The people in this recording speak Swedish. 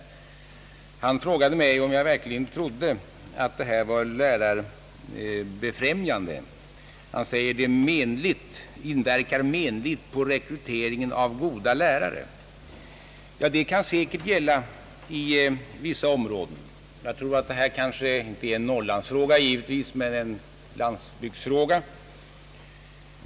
Herr Sundin frågade mig om jag verkligen tror att de av honom berörda förhållandena är - lärarbefrämjande. Han menar att de inverkar menligt på rekryteringen av goda lärare. Ja, detta kan säkerligen gälla i vissa områden. Även om detta problem inte speciellt är en norrlandsfråga är det givetvis en landsbygdsfråga.